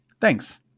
Thanks